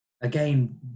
again